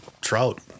trout